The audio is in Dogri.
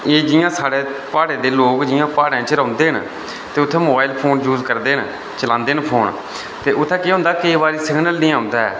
एह् जि'यां साढ़े प्हाड़े दे लोक जि'यां प्हाड़ें च रौंह्दे न ते उत्थै मोबाईल फोन यूज़ करदे न चलांदे न फोन ते उत्थै केह् होंदा केईं बारी सिगनल निं औंदा ऐ